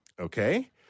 okay